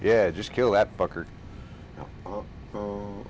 yeah just kill that buck or oh